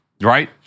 Right